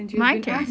why ask